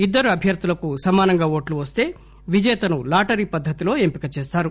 ఇద్దరు అభ్వర్థులకు సమానంగా ఓట్లు వస్తే విజేతను లాటరీ పద్దతిలో ఎంపిక చేస్తారు